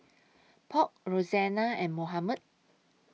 Polk Roxanna and Mohamed